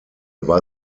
war